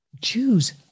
choose